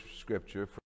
scripture